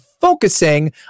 focusing